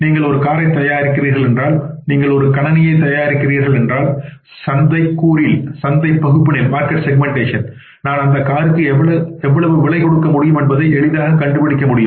நீங்கள் ஒரு காரைத் தயாரிக்கிறீர்கள் என்றால் நீங்கள் ஒரு கணினியைத் தயாரிக்கிறீர்கள் என்றால் சந்தை கூறினில்பகுப்பில் நான் அந்த காருக்கு எவ்வளவு விலை கொடுக்க முடியும் என்பதை எளிதாகக் கண்டுபிடிக்க முடியும்